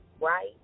right